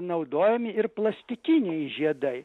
naudojami ir plastikiniai žiedai